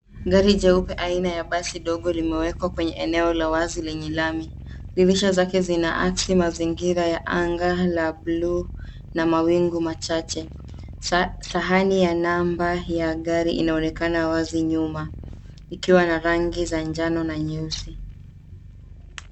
Gari jeupe aina ya basi dogo, limewekwa kwenye eneo la wazi lenye lami, dirisha zake zinaakisi mazingira ya anga la blue , na mawingu machache. Sa, sahani ya namba ya gari inaonekana wazi nyuma, ikiwa na rangi za njano, na nyeusi.